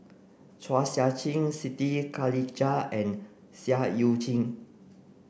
Chua Sian Chin Siti Khalijah and Seah Eu Chin